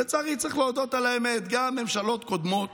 ולצערי, צריך להודות על האמת, גם בממשלות קודמות